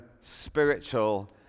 spiritual